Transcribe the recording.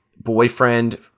boyfriend